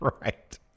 right